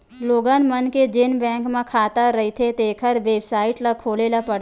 लोगन मन के जेन बैंक म खाता रहिथें तेखर बेबसाइट ल खोले ल परथे